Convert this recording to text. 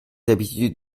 habitudes